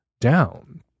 down